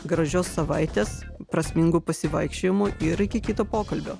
gražios savaitės prasmingų pasivaikščiojimų ir iki kito pokalbio